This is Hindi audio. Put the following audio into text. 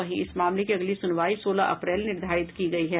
वहीं इस मामले की अगली सुनवाई सोलह अप्रैल निर्धारित की गयी है